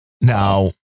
Now